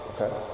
Okay